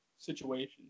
situation